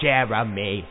Jeremy